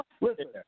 Listen